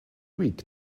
week